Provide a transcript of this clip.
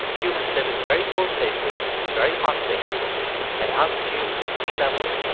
humans live in very cold places and very hot places at altitude and sea level.